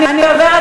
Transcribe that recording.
רק שנאה,